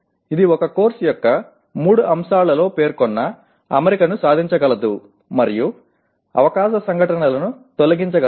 ఇది ఒక కోర్సు యొక్క మూడు అంశాలలో పేర్కొన్న అమరికను సాధించగలదు మరియు అవకాశ సంఘటనలను తొలగించగలదు